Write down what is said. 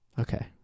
okay